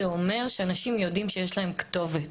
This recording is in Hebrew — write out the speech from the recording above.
זה אומר שאנשים יודעים שיש להם כתובת,